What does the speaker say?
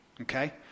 Okay